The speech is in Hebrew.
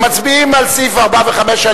מצביעים על סעיף 4 ו-5,